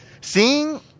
seeing